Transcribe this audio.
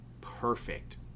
perfect